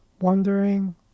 wondering